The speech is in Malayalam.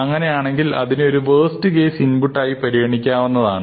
അങ്ങനെയാണെങ്കിൽ അതിനെ ഒരു വേസ്റ്റ് കേസ് ഇൻപുട്ട് ആയി പരിഗണിക്കാവുന്നതാണ്